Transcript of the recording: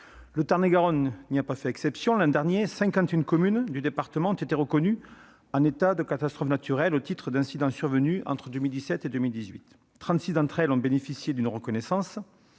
Le Tarn-et-Garonne ne fait pas exception : l'an dernier, 51 communes du département ont ainsi été reconnues en état de catastrophe naturelle au titre d'incidents survenus entre 2017 et 2018 ; 36 d'entre elles ont bénéficié d'une reconnaissance